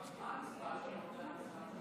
נתת את המספר של העובדים,